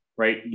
right